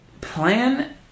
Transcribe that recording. plan